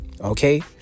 Okay